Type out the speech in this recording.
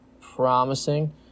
promising